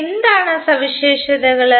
എന്താണ് ആ സവിശേഷതകൾ